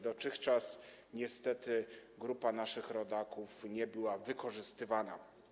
Dotychczas niestety grupa naszych rodaków nie była wykorzystywana.